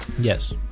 Yes